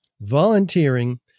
volunteering